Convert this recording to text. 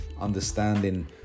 understanding